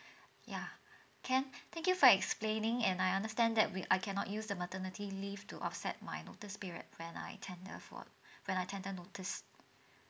ya can thank you for explaining and I understand that we I cannot use the maternity leave to offset my notice period when I tender for when I tender notice